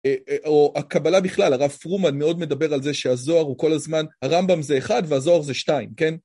או הקבלה בכלל, הרב פרומן מאוד מדבר על זה שהזוהר הוא כל הזמן, הרמב״ם זה אחד והזוהר זה שתיים, כן?